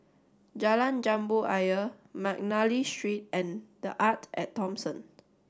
Jalan Jambu Ayer Mcnally Street and The Arte at Thomson